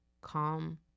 calm